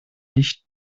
nicht